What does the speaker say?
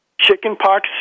Chickenpox